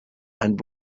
and